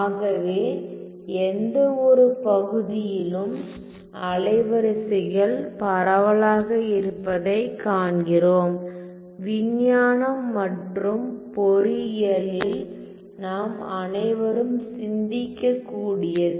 ஆகவே எந்தவொரு பகுதியிலும் அலைவரிசைகள் பரவலாக இருப்பதைக் காண்கிறோம் விஞ்ஞானம் மற்றும் பொறியியலில் நாம் அனைவரும் சிந்திக்கக்கூடியது